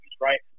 right